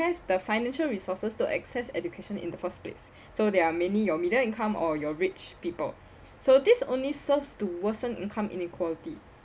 have the financial resources to access education in the first place so there are many your middle income or your rich people so this only serves to worsen income inequality